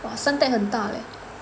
!wah! Suntec 很大了